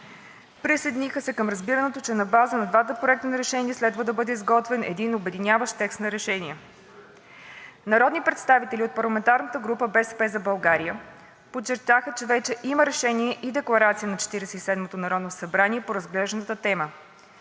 Присъединиха се към разбирането, че на базата на двата проекта на решение следва да бъде изготвен един обединяващ двата проекта текст на решение. Народни представители от парламентарната група „БСП за България“ подчертаха, че вече има Решение и Декларация на Четиридесет и седмото народно събрание по разглежданата тема.